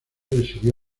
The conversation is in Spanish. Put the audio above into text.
residió